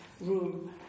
room